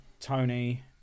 Tony